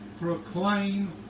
proclaim